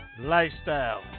lifestyle